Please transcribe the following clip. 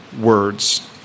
words